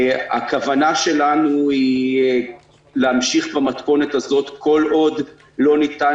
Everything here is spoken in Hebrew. הכוונה שלנו היא להמשיך במתכונת הזאת כל עוד לא ניתן